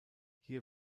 hier